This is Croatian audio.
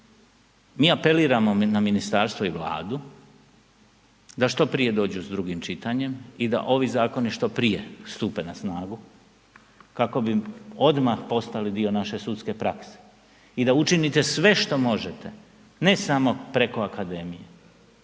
Mi apeliramo na ministarstvo i Vladu, da što prije dođu s drugim čitanjem i da ovi zakoni što prije stupe na snagu kako bi odmah postali dio naše sudske prakse i da učinite sve što možete, ne samo preko akademije